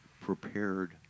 prepared